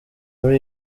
muri